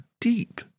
deep